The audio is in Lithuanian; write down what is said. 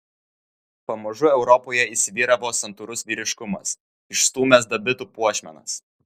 pamažu europoje įsivyravo santūrus vyriškumas išstūmęs dabitų puošmenas